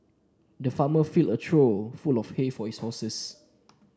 the farmer filled a trough full of hay for his horses